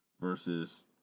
versus